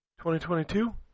2022